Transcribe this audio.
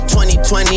2020